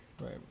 Right